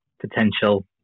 potential